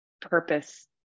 purpose